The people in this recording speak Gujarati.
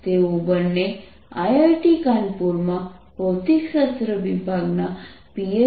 તેઓ બંને આઈઆઈટી કાનપુરમાં ભૌતિકશાસ્ત્ર વિભાગના પીએચ